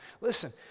Listen